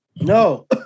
no